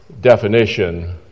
definition